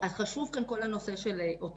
אז חשוב כאן כל הנושא של אוטונומיה.